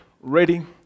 Ready